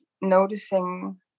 noticing